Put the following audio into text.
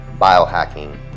biohacking